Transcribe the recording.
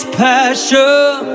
passion